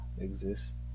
exist